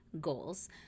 goals